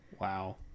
Wow